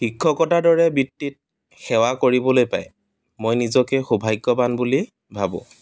শিক্ষকতাৰ দৰে বৃত্তিত সেৱা কৰিবলৈ পাই মই নিজকে সৌভাগ্যবান বুলি ভাবোঁ